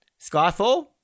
Skyfall